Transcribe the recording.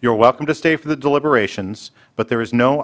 you're welcome to stay for the deliberations but there is no